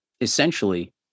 essentially